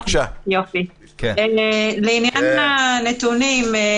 11:31) לעניין הנתונים,